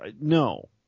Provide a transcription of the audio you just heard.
no –